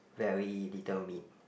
very little meat